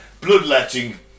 Bloodletting